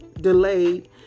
delayed